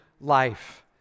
life